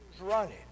running